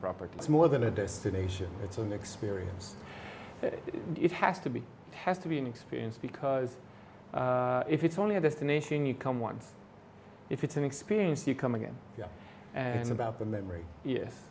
property it's more than a destination it's an experience it has to be has to be an experience because if it's only a destination you come once if it's an experience you come again and about the memory yes